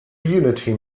unity